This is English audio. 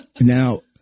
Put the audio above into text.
now